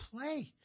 play